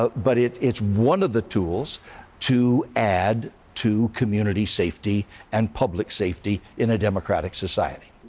but but it's it's one of the tools to add to community safety and public safety in a democratic society.